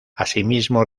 asimismo